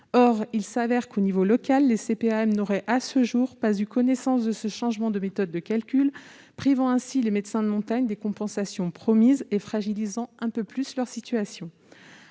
Or il s'avère qu'au niveau local les CPAM n'auraient à ce jour pas eu connaissance de ce changement de méthode de calcul, privant ainsi les médecins de montagne des compensations promises et fragilisant un peu plus leur situation.